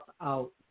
out